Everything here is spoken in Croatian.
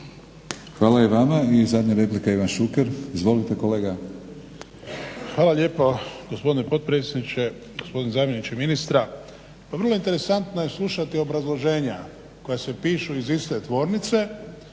Hvala i vama. I zadnja replika Ivan Šuker. Izvolite kolega. **Šuker, Ivan (HDZ)** Hvala lijepo gospodine potpredsjedniče, gospodine zamjeniče ministra. Pa vrlo interesantno je slušati obrazloženja koja se pišu iz iste tvornice.